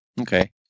okay